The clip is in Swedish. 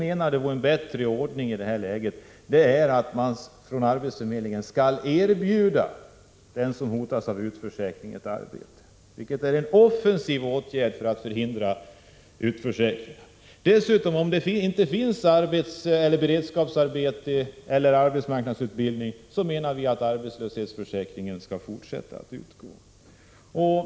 En bättre ordning menar vi skulle vara att arbetsförmedlingen skall erbjuda den som hotas av utförsäkring ett arbete. Detta är en offensiv åtgärd för att förhindra utförsäkringar. Dessutom menar vi att om det inte finns något beredskapsarbete eller någon arbetsmarknadsutbildning skall arbetslöshetsersättningen fortsätta att utgå.